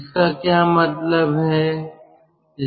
इसका क्या मतलब है